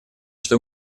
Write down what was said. что